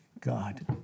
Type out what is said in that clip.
God